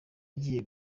ugiye